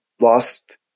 lost